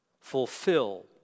Fulfill